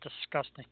disgusting